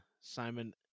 Simon